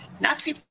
Nazi